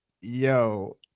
yo